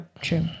true